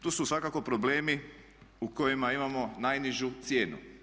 Tu su svakako problemi u kojima imamo najnižu cijenu.